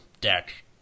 deck